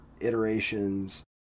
iterations